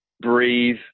breathe